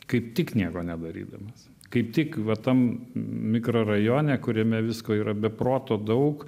kaip tik nieko nedarydamas kaip tik va tam mikrorajone kuriame visko yra be proto daug